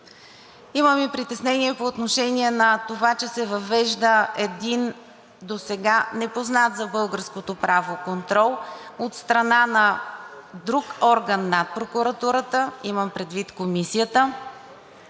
Имаме и притеснения по отношение на това, че се въвежда един досега непознат за българското право контрол от страна на друг орган над прокуратурата – имам предвид Комисията,